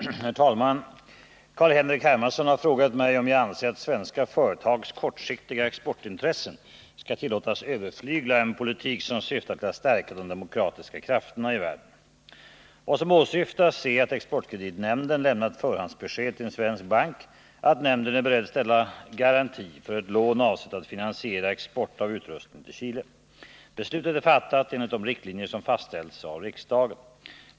Herr talman! Carl-Henrik Hermansson har frågat mig om jag anser att svenska företags kortsiktiga exportintressen skall tillåtas överflygla en politik som syftar till att stärka de demokratiska krafterna i världen. Vad som åsyftas är att Exportkreditnämnden lämnat förhandsbesked till en svensk bank att nämnden är beredd utställa garanti för ett lån avsett att finansiera export av utrustning till Chile. Beslutet är fattat enligt de riktlinjer som fastställts av riksdagen.